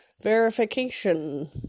verification